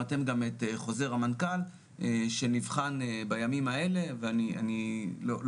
גם אתם את חוזר המנכ"ל שנבחן בימים האלה ואני לא אקדים את